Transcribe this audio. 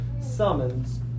summons